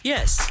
Yes